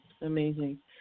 Amazing